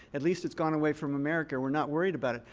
at least it's gone away from america. we're not worried about it.